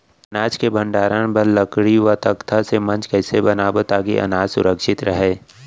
अनाज के भण्डारण बर लकड़ी व तख्ता से मंच कैसे बनाबो ताकि अनाज सुरक्षित रहे?